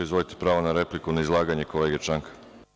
Izvolite, pravo na repliku na izlaganje kolege Čanka.